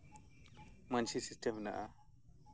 ᱢᱟᱹᱡᱷᱤ ᱥᱤᱥᱴᱮᱢ ᱦᱮᱱᱟᱜᱼᱟ